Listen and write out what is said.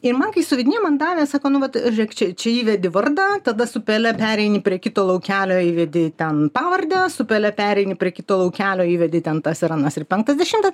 tai man kai suvedinėjau man davė sako nu vat žėk čia čia įvedi vardą tada su pele pereini prie kito laukelio įvedi ten pavardę su pele pereini prie kito laukelio įvedi ten tas ir anas ir penktas dešimtas